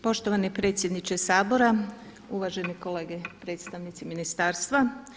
Poštovani predsjedniče Sabora, uvaženi kolege predstavnici ministarstva.